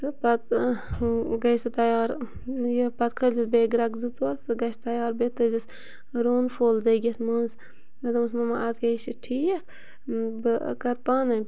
تہٕ پَتہٕ گٔے سُہ تیار یہِ پَتہٕ کھٲلزٮ۪س بیٚیہِ گرٮ۪کھ زٕ ژور سُہ گژھِ تیار بیٚیہِ ترٛٲیزٮ۪س رۄہن پھوٚل دٔگِتھ منٛز مےٚ دوٚپمَس مما اَدٕ کیٛاہ یہِ چھِ ٹھیٖک بہٕ کَرٕ پانَے